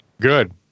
Good